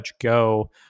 Go